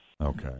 Okay